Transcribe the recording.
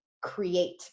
create